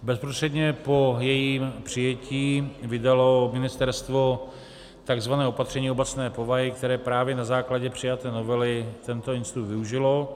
Bezprostředně po jejím přijetí vydalo ministerstvo tzv. opatření obecné povahy, které právě na základě přijaté novely tento institut využilo.